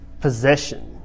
possession